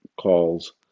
calls